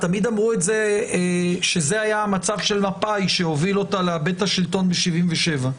תמיד אמרו שזה היה המצב של מפא"י שהוביל אותה לאבד את השלטון ב-77,